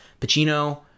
Pacino